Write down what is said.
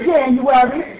January